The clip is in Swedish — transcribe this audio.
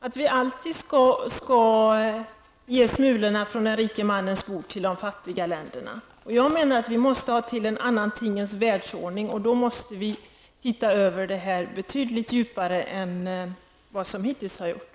Vi skall alltid ge smulorna från den rike mannens bord till de fattiga länderna. Jag menar att vi måste ha en annan tingens världsordning. Då måste vi titta över detta betydligt djupare än vad som hittills har gjorts.